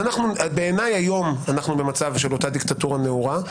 בעיני, היום אנחנו במצב של דיקטטורה נאורה.